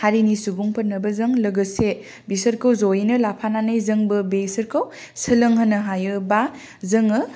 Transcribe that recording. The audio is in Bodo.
हारिनि सुबुंफोरनोबो जों लोगोसे बिसोरखौ जयैनो लाफानानै जोंबो बेसोरखौ सोलों होनो हायोबा जोङो